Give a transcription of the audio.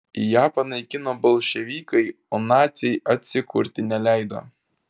ją panaikino bolševikai o naciai atsikurti neleido